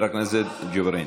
חבר הכנסת ג'בארין.